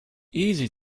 easy